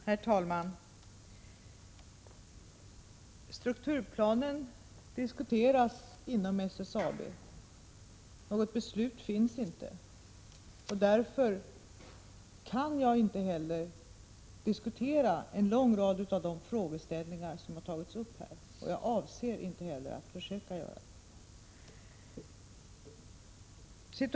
Herr talman! Strukturplanen diskuteras inom SSAB. Något beslut finns inte, och därför kan jag inte heller diskutera en lång rad av de frågeställningar som tagits upp här, och jag avser inte heller att försöka göra det.